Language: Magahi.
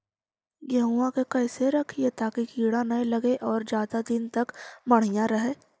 गेहुआ के कैसे रखिये ताकी कीड़ा न लगै और ज्यादा दिन तक बढ़िया रहै?